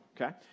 okay